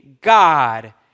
God